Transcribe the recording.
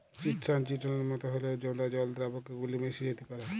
chitosan চিটনের মতন হঁল্যেও জঁদা জল দ্রাবকে গুল্যে মেশ্যে যাত্যে পারে